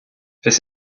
this